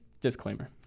disclaimer